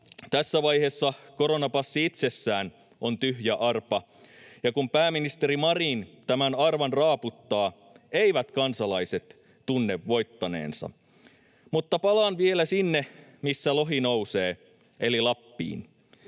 Tässä vaiheessa koronapassi itsessään on tyhjä arpa, ja kun pääministeri Marin tämän arvan raaputtaa, eivät kansalaiset tunne voittaneensa. Mutta palaan vielä sinne, missä lohi nousee, eli Lappiin.